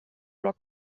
rock